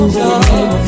love